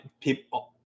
people